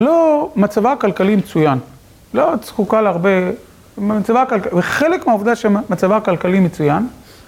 לא מצבה כלכלי מצוין, לא זקוקה להרבה, וחלק מהעובדה שמצבה כלכלי מצוין